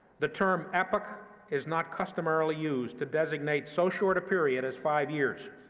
the term epoch is not customarily used to designate so short a period as five years,